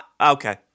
Okay